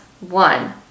one